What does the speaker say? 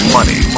Money